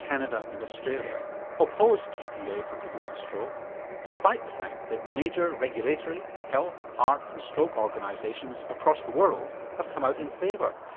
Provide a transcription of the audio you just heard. canada and australia oppose tpa for people with stroke despite the fact that major regulatory, health, heart and stroke organisations across the world have come out in favour,